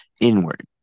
inward